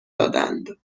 دادند